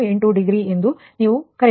68 degree ಎಂದು ನೀವು ಕರೆಯುವುದು